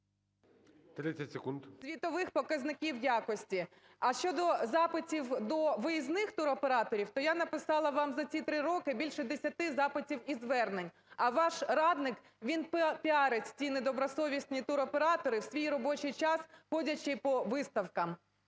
А.А. …світових показників якості. А щодо запитів до виїзних туроператорів, то я написала вам за ці три роки більше десяти запитів і звернень. А ваш радник, він піарить ці недобросовісні туроператори, в свій робочий час, ходячи по виставках.